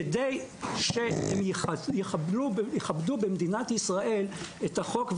כדי שהן יכבדו במדינת ישראל את החוק,